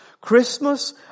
Christmas